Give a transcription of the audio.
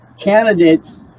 candidates